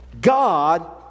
God